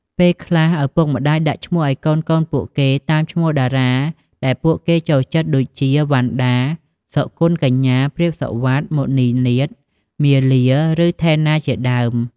ពេលខ្លះឪពុកម្ដាយដាក់ឈ្មោះឱ្យកូនៗពួកគេ តាមឈ្មោះតារាដែលពួកគេចូលចិត្ត ដូចជា វ៉ាន់ដា សុគន្ធកញ្ញា ព្រាប សុវត្ថិ មុន្នីនាថ មាលា ឬ ថេណាជាដើម។